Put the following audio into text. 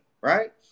right